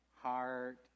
heart